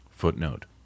Footnote